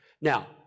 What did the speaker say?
Now